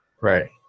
right